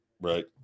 right